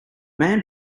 man